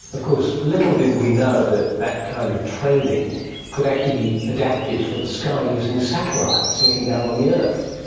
of course little did we know that that kind of training could actually be adapted for the sky using satellites looking down on the earth.